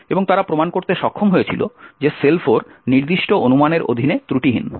এবং তারা প্রমাণ করতে সক্ষম হয়েছিল যে SeL4 নির্দিষ্ট অনুমানের অধীনে ত্রুটিহীন